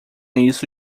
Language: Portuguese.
isso